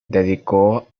dedicó